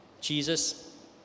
Jesus